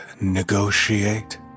Negotiate